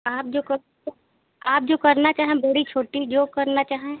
आप जो कब आप जो करना चाहें बड़ी छोटी जो करना चाहें